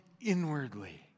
inwardly